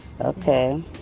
Okay